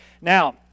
Now